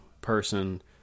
person